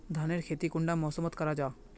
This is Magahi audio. धानेर खेती कुंडा मौसम मोत करा जा?